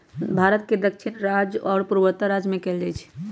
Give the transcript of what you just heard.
भारत के दक्षिणी राज्य आ पूर्वोत्तर राज्य में कएल जाइ छइ